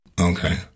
Okay